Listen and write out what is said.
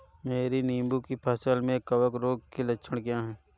मेरी नींबू की फसल में कवक रोग के लक्षण क्या है?